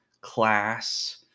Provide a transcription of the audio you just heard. class